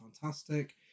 fantastic